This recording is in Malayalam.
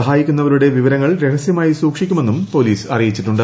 സഹായിക്കുന്നവരുടെ വിവരങ്ങൾ രഹസ്യമായി സൂക്ഷിക്കുമെന്നും പോലീസ് അറിയിച്ചിട്ടുണ്ട്